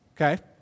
Okay